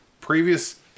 previous